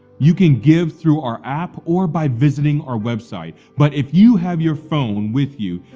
you can give through our app or by visiting our website, but if you have your phone with you,